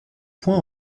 point